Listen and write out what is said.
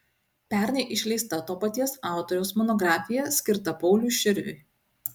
pernai išleista to paties autoriaus monografija skirta pauliui širviui